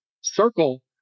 circle